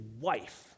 wife